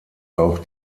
auch